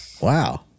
Wow